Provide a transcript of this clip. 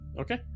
Okay